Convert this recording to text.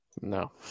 No